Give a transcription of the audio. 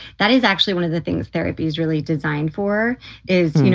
that is actually one of the things therapy's really designed for is, you know,